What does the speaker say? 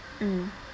mm